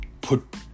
put